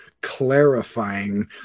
clarifying